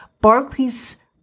Barclays